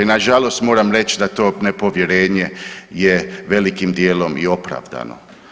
I nažalost moram reći da to nepovjerenje je velikim dijelom i opravdano.